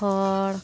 ᱦᱚᱲ